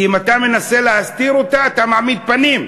כי אם אתה מנסה להסתיר אותה אתה מעמיד פנים.